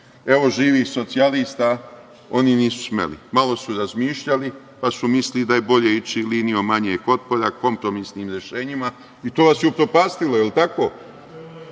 Evo živih socijalista, oni nisu smeli. Malo su razmišljali, pa su mislili da je bolje ići linijom manjeg otpora, kompromisnim rešenjima i to vas je upropastilo. Je li tako?